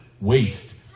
waste